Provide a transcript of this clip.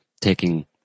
taking